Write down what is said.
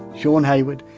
shaun haywood,